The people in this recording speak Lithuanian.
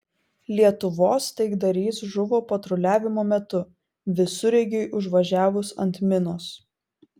lietuvos taikdarys žuvo patruliavimo metu visureigiui užvažiavus ant minos